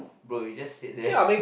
bro you just sit there